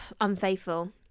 unfaithful